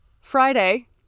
Friday